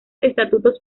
estatutos